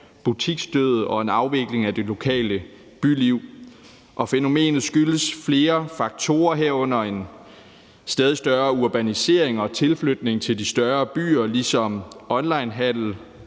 butiksdød og en afvikling af det lokale byliv. Og fænomenet skyldes flere faktorer, herunder en stadig større urbanisering og tilflytning til de større byer, ligesom onlinehandel